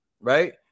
Right